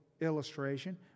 illustration